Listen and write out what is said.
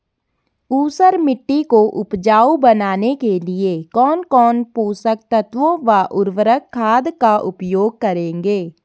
ऊसर मिट्टी को उपजाऊ बनाने के लिए कौन कौन पोषक तत्वों व उर्वरक खाद का उपयोग करेंगे?